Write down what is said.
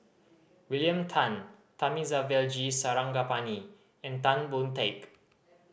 William Tan Thamizhavel G Sarangapani and Tan Boon Teik